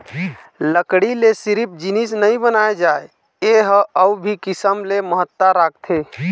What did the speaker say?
लकड़ी ले सिरिफ जिनिस नइ बनाए जाए ए ह अउ भी किसम ले महत्ता राखथे